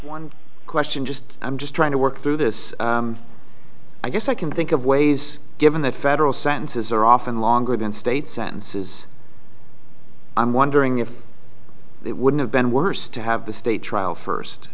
one question just i'm just trying to work through this i guess i can think of ways given that federal sentences are often longer than state sentences i'm wondering if it would have been worse to have the state trial first